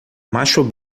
macho